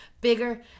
bigger